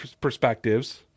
perspectives